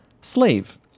Slave